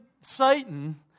Satan